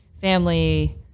family